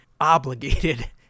obligated